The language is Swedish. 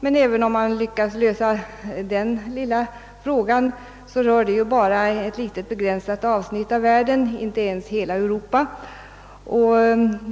Men även om man lyckas lösa denna detaljfråga, berör det bara ett begränsat avsnitt av världen, inte ens hela Europa.